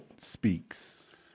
speaks